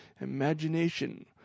imagination